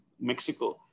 Mexico